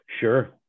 Sure